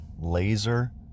laser